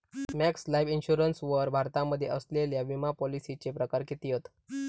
Max Life Insurance वर भारतामध्ये असलेल्या विमापॉलिसीचे प्रकार किती हत?